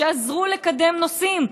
שעזרו לקדם נושאים.